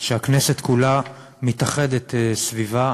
שהכנסת כולה מתאחדת סביבה.